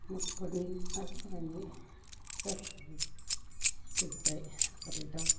न'खरनि जोब्बाय